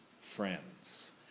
friends